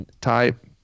type